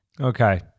Okay